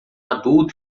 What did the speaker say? adulto